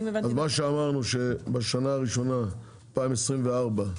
אז מה שאמרנו שבשנה הראשונה, 2024,